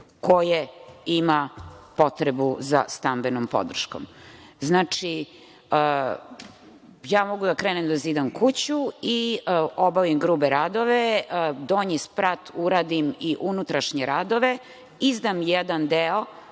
koje ima potrebu za stambenom podrškom. Znači, mogu da krenem da zidam kuću i obavim grube radove, donji sprat uradim i unutrašnje radove, izdam jedan deo